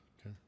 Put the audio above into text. Okay